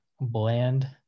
bland